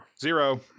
zero